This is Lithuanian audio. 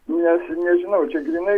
net nežinau čia grynai